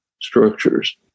structures